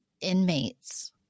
inmates